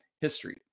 history